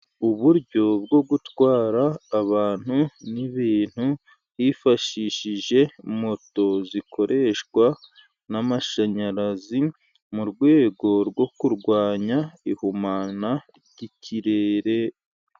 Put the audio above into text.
Uburyo bwo gutwara abantu n'ibintu hifashishije moto zikoreshwa n'amashanyarazi, mu rwego rwo kurwanya ihumana ry'ikirere.